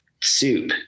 Soup